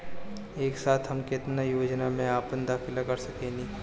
एक साथ हम केतना योजनाओ में अपना दाखिला कर सकेनी?